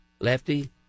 lefty